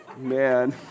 man